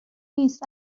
نیست